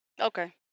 Okay